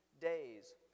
days